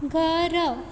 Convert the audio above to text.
घर